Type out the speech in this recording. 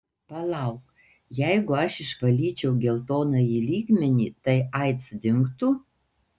palauk jeigu aš išvalyčiau geltonąjį lygmenį tai aids dingtų